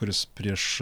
kuris prieš